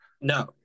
No